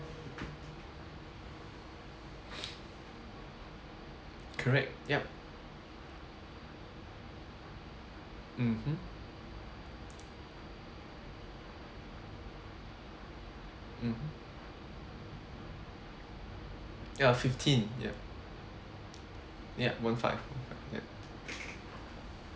correct yup mmhmm mmhmm ya fifteen yup yup one five yup